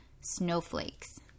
snowflakes